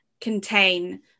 contain